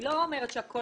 לא אומרת שהכול תקציבים.